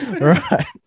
Right